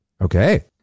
Okay